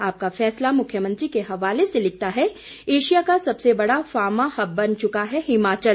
आपका फैसला मुख्यमंत्री के हवाले से लिखता है एशिया का सबसे बढ़ा फार्मा हब बन चुका है हिमाचल